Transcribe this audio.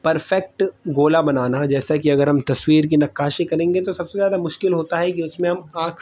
perfect گولا بنانا جیسے کہ اگر ہم تصویر کی نقاشی کریں گے تو سب سے زیادہ مشکل ہوتا ہے کہ اس میں ہم آنکھ